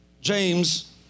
James